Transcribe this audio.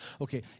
Okay